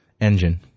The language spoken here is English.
engine